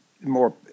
more